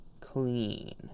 Clean